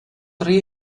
tre